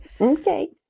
Okay